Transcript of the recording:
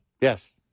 Yes